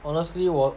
honestly 我